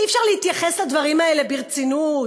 אי-אפשר להתייחס לדברים האלה ברצינות,